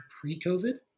pre-COVID